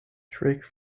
trick